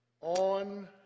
on